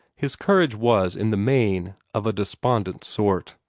his courage was in the main of a despondent sort.